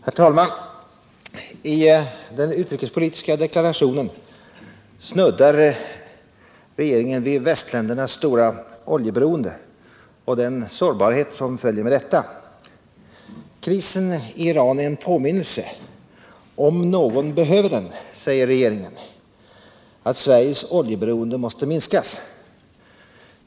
Herr talman! I den utrikespolitiska deklarationen snuddar regeringen vid västländernas stora oljeberoende och den sårbarhet som följer med detta. Krisen i Iran är en påminnelse -” om någon behöver den” , säger regeringen — om att Sveriges oljeberoende måste minskas.